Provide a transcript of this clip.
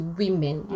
women